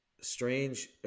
strange